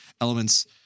elements